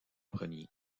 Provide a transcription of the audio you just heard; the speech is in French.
premiers